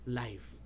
life